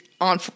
on